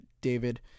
David